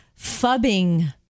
fubbing